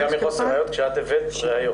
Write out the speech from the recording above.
אז נסגר מחוסר ראיות כשאת הבאת תמונות.